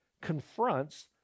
confronts